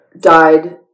died